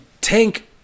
Tank